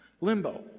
limbo